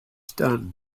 stunned